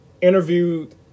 Interviewed